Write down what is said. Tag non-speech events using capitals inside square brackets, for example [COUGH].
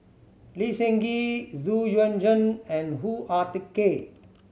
Lee Seng Gee Xu Yuan Zhen and Hoo Ah [UNINTELLIGIBLE] Kay